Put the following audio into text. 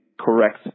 correct